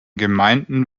gemeinden